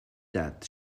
that